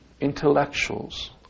intellectuals